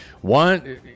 one